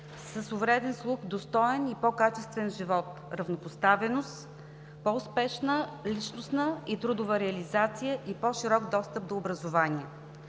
с увреден слух достоен и по-качествен живот – равнопоставеност, по-успешна личностна и трудова реализация и по-широк достъп до образование.